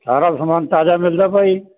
ਸਾਰਾ ਸਮਾਨ ਤਾਜ਼ਾ ਮਿਲਦਾ ਭਾਈ